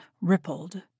rippled